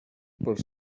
per